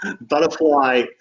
Butterfly